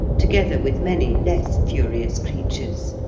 together with many less furious creatures,